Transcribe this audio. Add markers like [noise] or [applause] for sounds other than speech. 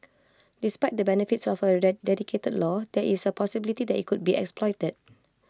despite the benefits of A [unintelligible] dedicated law there is A possibility that IT could be exploited